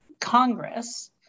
Congress